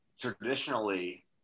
Traditionally –